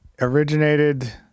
originated